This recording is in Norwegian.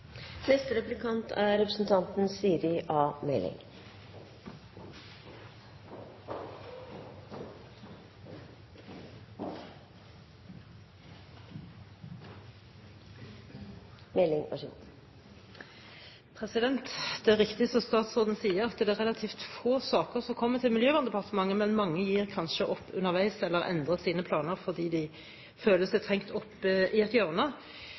Det er riktig som statsråden sier, at det er relativt få saker som kommer til Miljøverndepartementet. Men mange gir kanskje opp underveis eller endrer sine planer fordi de føler seg trengt opp i et